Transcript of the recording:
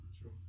True